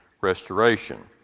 restoration